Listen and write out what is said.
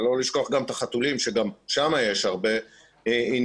לא לשכוח גם את החתולים שגם שם יש הרבה עניינים,